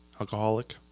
alcoholic